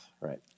right